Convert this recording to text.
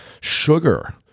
sugar